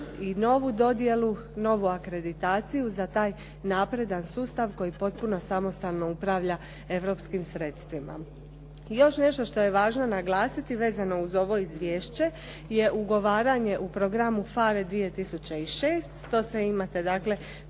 novu akreditaciju za taj napredan sustav koji potpuno samostalno upravlja europskim sredstvima. Još nešto što je važno naglasiti vezano uz ovo izvješće je ugovaranje u programu PHARE 2006., to sve imate dakle